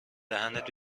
دهنت